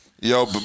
Yo